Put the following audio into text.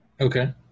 Okay